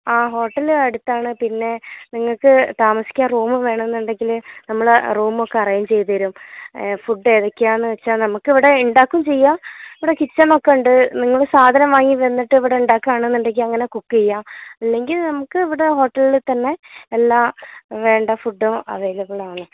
ആ ഹോട്ടല് അടുത്താണ് പിന്നെ നിങ്ങൾക്ക് താമസിക്കാൻ റൂമ് വേണമെന്നുണ്ടെങ്കിൽ നമ്മൾ റൂമൊക്കെ അറേഞ്ചെ് ചെയ്തുതരും ഫുഡ് ഏതൊക്കെയാണെന്നു വെച്ചാൽ നമുക്കിവടെ ഉണ്ടാക്കുകയും ചെയ്യാം ഇവിടെ കിച്ചണൊക്കെ ഉണ്ട് നിങ്ങൾ സാധനം വാങ്ങി വന്നിട്ട് ഇവിടെ ഉണ്ടാക്കുകയാണെന്നുണ്ടെങ്കിൽ അങ്ങനെ കുക്ക് ചെയ്യാം ഇല്ലെങ്കിൽ നമുക്ക് ഇവിടെ ഹോട്ടലിൽ തന്നെ എല്ലാ വേണ്ട ഫുഡും അവൈലബിളാണ്